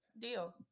deal